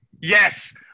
Yes